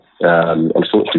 Unfortunately